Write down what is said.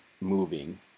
moving